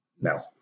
No